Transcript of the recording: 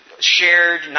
shared